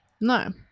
No